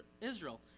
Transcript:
Israel